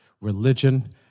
religion